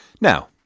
Now